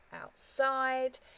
outside